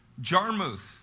Jarmuth